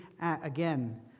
again